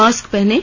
mask पहनें